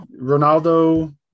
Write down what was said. Ronaldo